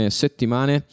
settimane